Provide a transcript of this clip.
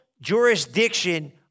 jurisdiction